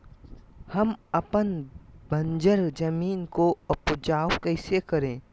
हम अपन बंजर जमीन को उपजाउ कैसे करे?